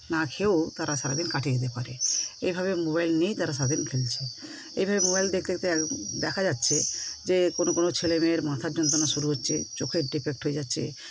না খেয়েও তারা সারাদিন কাটিয়ে দিতে পারে এভাবে মোবাইল নিয়েই তারা সারাদিন খেলছে এভাবে মোবাইল দেখতে দেখতে দেখা যাচ্ছে যে কোনো কোনো ছেলেমেয়ের মাথার যন্ত্রণা শুরু হচ্ছে চোখের ডিফেক্ট হয়ে যাচ্ছে